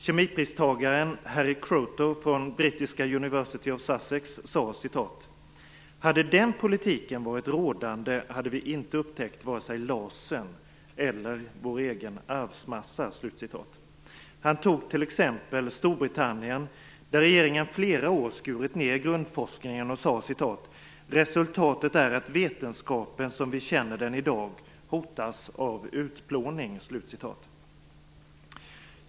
Kemipristagaren Harry Kroto från brittiska University of Sussex sade: "Hade den politiken varit rådande hade vi inte upptäckt vare sig lasern eller vår egen arvsmassa." Han tog upp Storbritannien som exempel. Där har regeringen i flera år skurit ned grundforskningen. Han sade: "Resultatet är att vetenskapen som vi känner den idag hotas av utplåning."